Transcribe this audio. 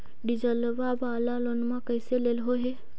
डीजलवा वाला लोनवा कैसे लेलहो हे?